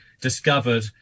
discovered